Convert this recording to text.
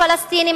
הפלסטינים,